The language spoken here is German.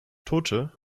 tote